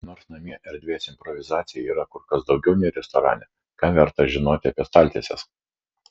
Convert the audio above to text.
nors namie erdvės improvizacijai yra kur kas daugiau nei restorane ką verta žinoti apie staltieses